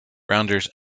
rounders